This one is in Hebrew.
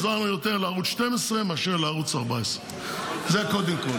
עזרנו יותר לערוץ 12 מאשר לערוץ 14. זה קודם כול.